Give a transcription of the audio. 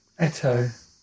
Eto